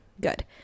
good